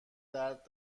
درد